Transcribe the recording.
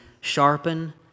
sharpen